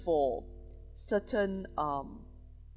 for certain um